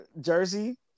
jersey